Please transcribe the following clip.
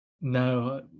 No